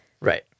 Right